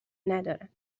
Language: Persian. ندارن